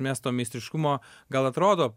miesto meistriškumo gal atrodo